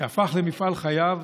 שהפך למפעל חייו.